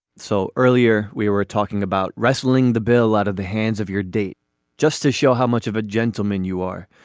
so earlier we were talking about wrestling the bill out of the hands of your date just to show how much of a gentleman you are.